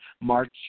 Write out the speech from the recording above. March